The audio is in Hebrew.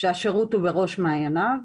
שהשירות הוא בראש מעייניו,